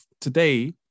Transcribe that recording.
today